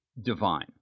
divine